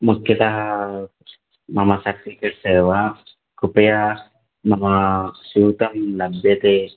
मुख्यतः मम सर्टिफ़िकेट्स् एव कृपया मम स्यूतं लभ्यते